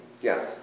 Yes